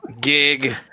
gig